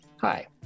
Hi